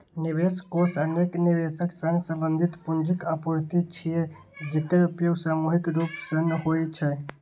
निवेश कोष अनेक निवेशक सं संबंधित पूंजीक आपूर्ति छियै, जेकर उपयोग सामूहिक रूप सं होइ छै